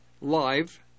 live